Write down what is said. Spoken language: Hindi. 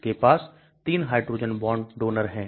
इसके पास तीन हाइड्रोजन बॉन्ड डोनर है